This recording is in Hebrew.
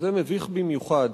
שזה מביך במיוחד.